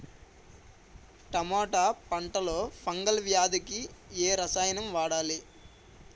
టమాటా పంట లో ఫంగల్ వ్యాధికి ఏ రసాయనం వాడాలి?